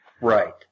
Right